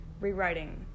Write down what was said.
rewriting